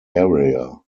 area